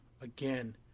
again